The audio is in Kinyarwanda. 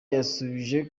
yasubije